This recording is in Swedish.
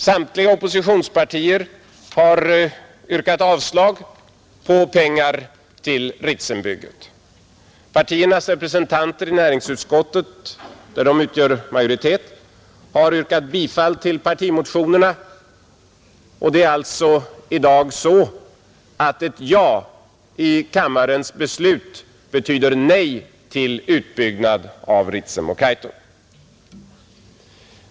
Samtliga oppositionspartier har yrkat avslag på pengar till Ritsembygget. Oppositionspartiernas represen tanter i näringsutskottet, där de utgör majoritet, har yrkat bifall till partimotionerna. Det är alltså i dag så, att ett ja i kammaren betyder nej till utbyggnad av Ritsem och Kaitum.